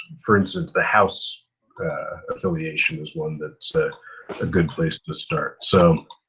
for instance, the house affiliation is one, that's a good place to start. so